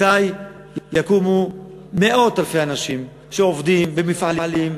מתי יקומו מאות-אלפי אנשים שעובדים במפעלים,